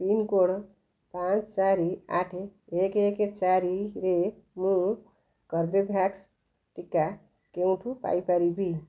pincode ପାଞ୍ଚ ଚାରି ଆଠ ଏକ ଏକ ଚାରିରେ ମୁଁ କର୍ବେଭ୍ୟାକ୍ସ ଟିକା କେଉଁଠୁ ପାଇ ପାରିବି